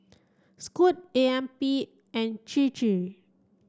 Scoot A M P and Chir Chir